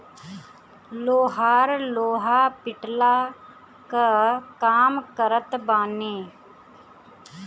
लोहार लोहा पिटला कअ काम करत बाने